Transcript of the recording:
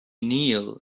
kneel